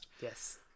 Yes